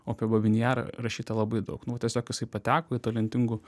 o apie babyn jarą rašyta labai daug nu tiesiog jisai pateko į talentingų